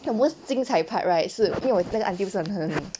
the most 精彩 part right 是因为我那个 aunty 不有很很